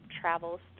travels